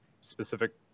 specific